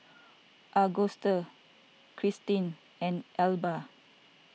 Agustus Krystin and Elba